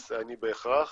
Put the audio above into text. אז אני בהכרח